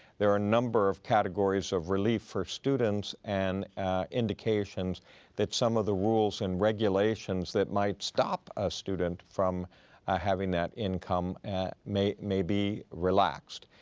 there are a number of categories of relief for students and indications that some of the rules and regulations that might stop a student from having that income may may be relaxed.